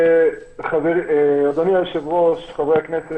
אדוני היושב-ראש, חברי הכנסת.